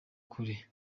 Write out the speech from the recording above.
kure